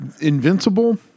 Invincible